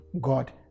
God